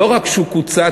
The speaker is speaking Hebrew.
לא רק שהוא קוצץ,